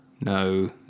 No